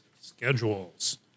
schedules